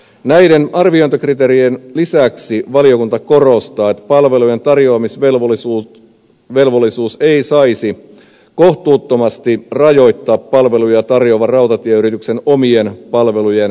näiden arviointikriteerien lisäksi valiokunta korostaa että palvelujen tarjoamisvelvollisuus ei saisi kohtuuttomasti rajoittaa palveluja tarjoavan rautatieyrityksen omien palvelujen käyttöä